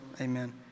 amen